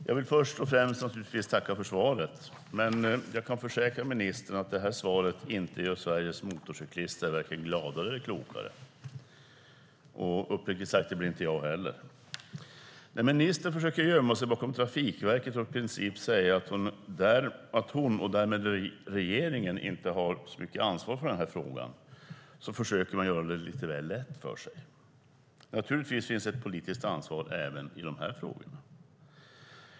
Herr talman! Jag tackar för svaret men kan försäkra ministern att detta svar gör Sveriges motorcyklister varken gladare eller klokare. Uppriktigt sagt blir jag det inte heller. När ministern försöker gömma sig bakom Trafikverket och i princip säger att hon och därmed regeringen inte har så mycket ansvar för detta gör hon det lite lätt för sig. Naturligtvis finns det ett politiskt ansvar även i denna fråga.